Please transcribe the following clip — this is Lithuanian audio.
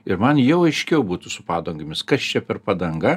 ir man jau aiškiau būtų su padangomis kas čia per padanga